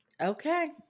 okay